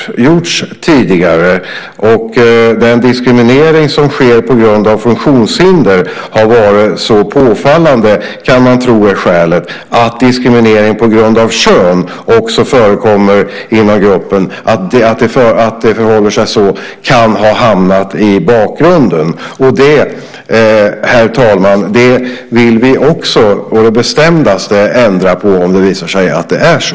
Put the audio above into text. Man kan tro att skälet är att den diskriminering som sker på grund av funktionshinder har varit så påfallande att det kan ha hamnat i bakgrunden att det också förekommer diskriminering på grund av kön. Fru talman! Det vill vi å det bestämdaste ändra på om det visar sig att det är så.